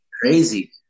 crazy